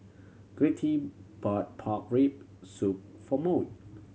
Gertie bought pork rib soup for Maud